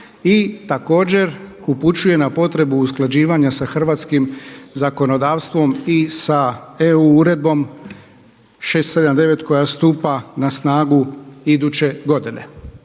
i također upućuje na potrebu usklađivanja sa hrvatskim zakonodavstvom i sa EU uredbom 679. koja stupa na snagu iduće godine.